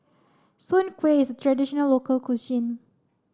Soon Kway is a traditional local cuisine